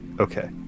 Okay